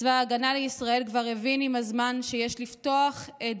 צבא ההגנה לישראל כבר הבין עם הזמן שיש לפתוח את